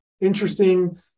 interesting